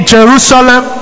Jerusalem